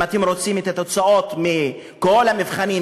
אם אתם רואים את התוצאות מכל המבחנים,